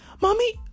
Mommy